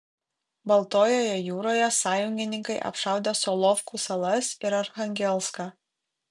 baltojoje jūroje sąjungininkai apšaudė solovkų salas ir archangelską